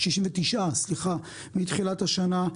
69 ילדים נהרגו כבר מתחילת השנה.